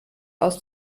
aus